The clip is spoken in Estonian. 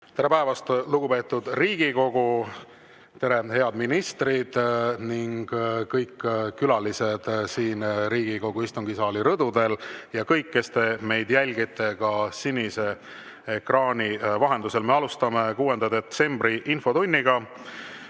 Tere päevast, lugupeetud Riigikogu! Tere, head ministrid ning kõik külalised Riigikogu istungisaali rõdudel ja kõik, kes te meid jälgite sinise ekraani vahendusel! Me alustame 6. detsembri infotundi. Tänases